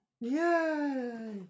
Yay